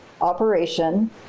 operation